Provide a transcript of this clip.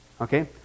Okay